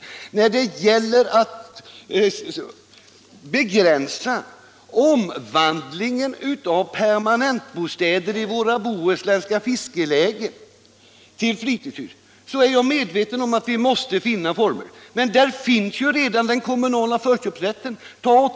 Jag är medveten om att vi måste finna former för att begränsa omvandlingen av permanentbostäder till fritidshus i våra bohuslänska fiskelägen. Men där finns redan den kommunala förköpsrätten.